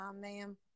ma'am